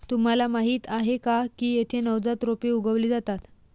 तुम्हाला माहीत आहे का की येथे नवजात रोपे उगवली जातात